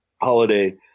holiday